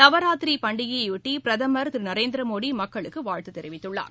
நவராத்திரி பண்டிகையொட்டி பிரதமர் திரு நரேந்திரமோடி மக்களுக்கு வாழ்த்து தெரிவித்துள்ளார்